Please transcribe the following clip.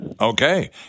Okay